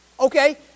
Okay